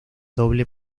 doble